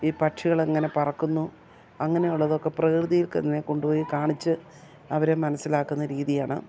ഈ പക്ഷികളെങ്ങനെ പറക്കുന്നു അങ്ങനെയുള്ളതൊക്കെ പ്രകൃതിൽത്തന്നെ കൊണ്ടുപോയി കാണിച്ച് അവരെ മനസ്സിലാക്കുന്ന രീതിയാണ്